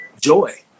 joy